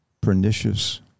pernicious